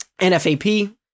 NFAP